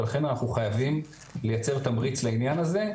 ולכן אנחנו חייבים לייצר תמריץ לעניין הזה.